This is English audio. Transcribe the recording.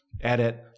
edit